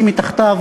המוסדות,